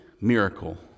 miracle